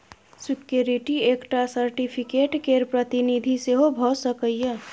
security एकटा certificate केर प्रतिनिधि सेहो भ सकैए